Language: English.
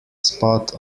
spot